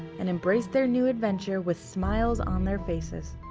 and embrace their new adventure with smiles on their faces.